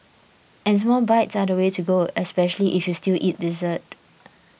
and small bites are the way to go especially if you still eat dessert